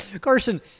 Carson